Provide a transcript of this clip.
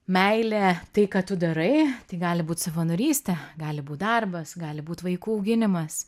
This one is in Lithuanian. meilė tai ką tu darai tai gali būt savanorystė gali būt darbas gali būt vaikų auginimas